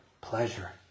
pleasure